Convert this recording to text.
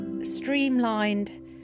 streamlined